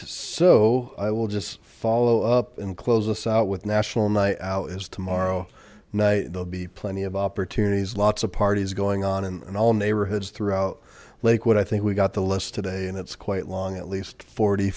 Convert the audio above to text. so i will just follow up and close us out with national night out is tomorrow night there'll be plenty of opportunities lots of parties going on in all neighborhoods throughout lakewood i think we got the list today and it's quite long at least forty